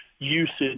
Usage